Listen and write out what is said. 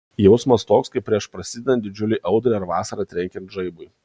jausmas toks kaip prieš prasidedant didžiulei audrai ar vasarą trenkiant žaibui